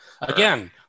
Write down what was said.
Again